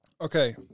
Okay